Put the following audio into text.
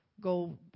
go